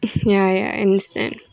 ya ya I understand